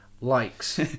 likes